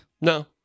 No